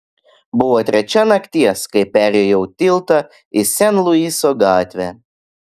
buvo trečia nakties kai perjojau tiltą į sen luiso gatvę